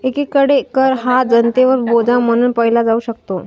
एकीकडे कर हा जनतेवर बोजा म्हणून पाहिला जाऊ शकतो